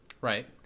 Right